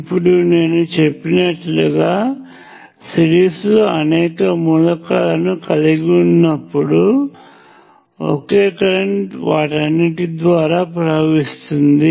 ఇప్పుడు నేను చెప్పినట్లుగా సిరీస్లో అనేక మూలకాలను కలిగి ఉన్నప్పుడు ఒకే కరెంట్ వాటన్నిటి ద్వారా ప్రవహిస్తుంది